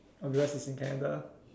oh because is in Canada